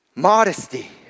modesty